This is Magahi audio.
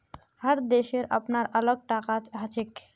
हर देशेर अपनार अलग टाका हछेक